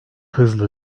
hızlı